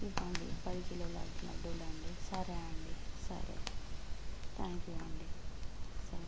ఇవ్వండి పది కిలోల లడ్డూ లడ్డూలు అండీ సరే అండీ సరే థాంక్ యూ అండీ సరే